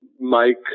Mike